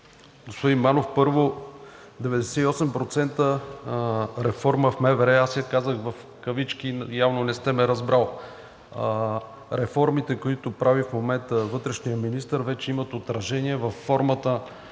Господин Манев, първо 98% реформа в МВР аз я казах в кавички, явно не сте ме разбрали. Реформите, които прави в момента вътрешният министър, вече имат отражение във формата